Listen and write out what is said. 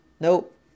Nope